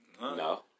No